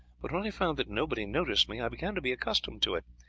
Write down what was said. but when i found that nobody noticed me i began to be accustomed to it,